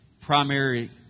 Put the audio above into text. primary